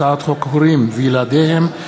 הצעת חוק הורים וילדיהם,